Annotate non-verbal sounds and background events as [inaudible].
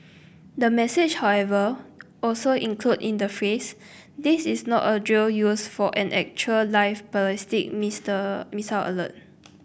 the message however also included in the phrase this is not a drill used for an actual live ballistic [unintelligible] missile alert